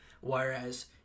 Whereas